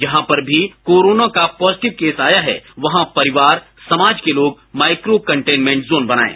जहां पर भी कोरोना का पॉजिटिव केस आया है वहां परिवार समाज के लोग माइक्रो कन्टेनमेंट जोन बनाएं